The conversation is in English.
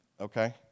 okay